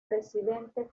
presidente